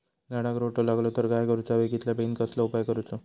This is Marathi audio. झाडाक रोटो लागलो तर काय करुचा बेगितल्या बेगीन कसलो उपाय करूचो?